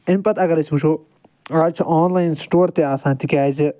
امہِ پتہٕ اگر أسۍ وٕچھو آز چھُ آنلاٮ۪ن سٹور تہِ آسان تکیازِ